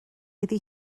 iddi